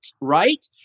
right